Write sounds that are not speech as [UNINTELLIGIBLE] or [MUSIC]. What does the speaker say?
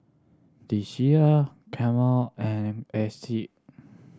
The Shilla Camel and [UNINTELLIGIBLE]